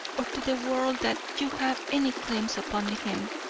or to the world that you have any claims upon him!